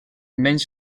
menys